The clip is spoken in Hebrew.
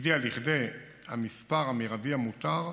הגיע למספר המרבי המותר,